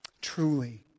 truly